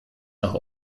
nach